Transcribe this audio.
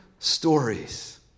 stories